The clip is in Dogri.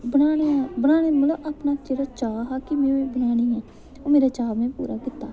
बनाने दा बनाने दा मतलब अपना चाऽ हा कि में बी बनानी ऐ ते ओह् मेरा चाऽ में पूरा कीता